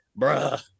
bruh